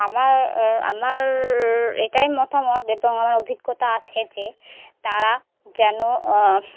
আমার আমার এটাই মতামত এবং আমার অভিজ্ঞতা আছে যে তারা যেন